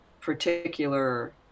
particular